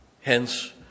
Hence